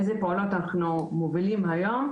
אילו פעולות אנחנו מובילים היום.